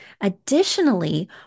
Additionally